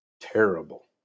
terrible